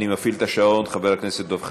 אני מפעיל את השעון, חבר הכנסת דב חנין.